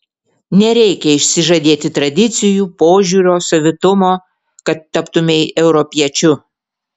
nereikia išsižadėti tradicijų požiūrio savitumo kad taptumei europiečiu